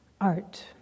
Art